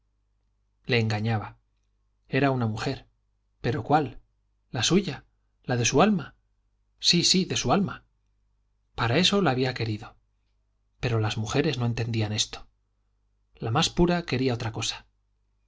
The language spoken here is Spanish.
le engañaba era una mujer pero cuál la suya la de su alma sí sí de su alma para eso la había querido pero las mujeres no entendían esto la más pura quería otra cosa